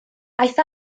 aeth